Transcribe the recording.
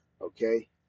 okay